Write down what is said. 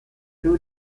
two